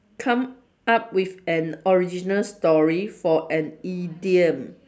come up with an original story for an idiom